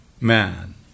man